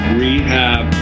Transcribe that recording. rehab